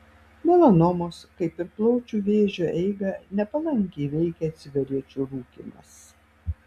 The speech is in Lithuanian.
melanomos kaip ir plaučių vėžio eigą nepalankiai veikia cigarečių rūkymas